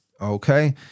Okay